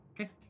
okay